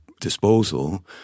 disposal